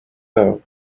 though